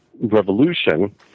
revolution